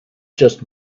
just